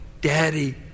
Daddy